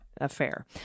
affair